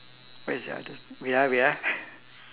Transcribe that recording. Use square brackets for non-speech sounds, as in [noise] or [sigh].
what is the others wait ah wait ah [breath]